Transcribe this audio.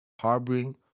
harboring